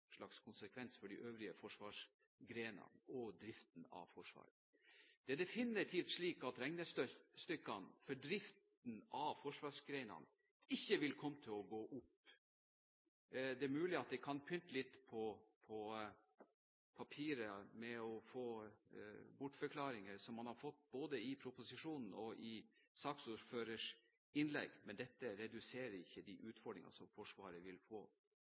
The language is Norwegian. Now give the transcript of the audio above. for de øvrige forsvarsgrenene og driften av Forsvaret. Det er definitivt slik at regnestykkene for driften av forsvarsgrenene ikke vil komme til å gå opp. Det er mulig bortforklaringer kan pynte litt på papiret – som man har sett både i proposisjonen og i saksordførerens innlegg – men dette reduserer ikke de utfordringer Forsvaret vil få